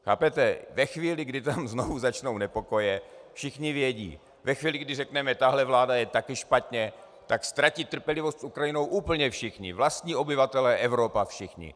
Chápete, ve chvíli, kdy tam znovu začnou nepokoje, všichni vědí, ve chvíli, kdy řekneme: tahle vláda je taky špatně, tak ztratí trpělivost s Ukrajinou úplně všichni, vlastní obyvatelé, Evropa, všichni.